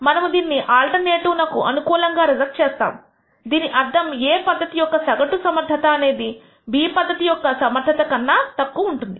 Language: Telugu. మనము దీనిని ఆల్టర్నేటివ్ నకు అనుకూలంగా రిజెక్ట్ చేస్తాము దీని అర్థం A పద్ధతి యొక్క సగటు సమర్థత అనేది B పద్ధతి యొక్క సమర్థత అన్న కన్నా తక్కువ ఉంటుంది